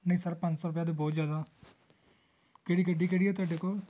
ਨਹੀਂ ਸਰ ਪੰਜ ਸੌ ਰੁਪਿਆ ਤਾਂ ਬਹੁਤ ਜ਼ਿਆਦਾ ਕਿਹੜੀ ਗੱਡੀ ਕਿਹੜੀ ਹੈ ਤੁਹਾਡੇ ਕੋਲ